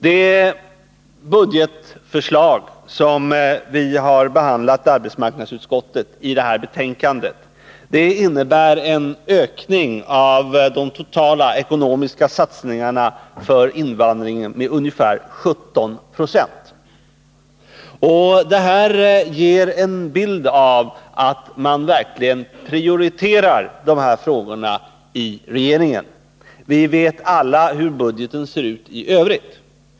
Det budgetförslag som arbetsmarknadsutskottet har behandlat i det här betänkandet innebär en ökning av de totala ekonomiska satsningarna för invandringen med ungefär 17 96. Detta ger en bild av att regeringen verkligen prioriterar invandrarfrågorna; vi vet alla hur budgeten ser ut i övrigt.